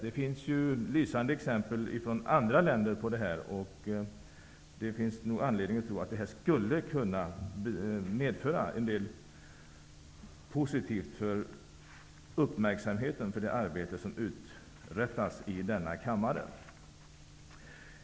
Det finns ju lysande exempel på detta från andra länder, och det finns nog anledning att tro att detta skulle kunna medföra en del positivt för uppmärksamheten för det arbete som uträttas i denna kammare.